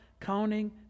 counting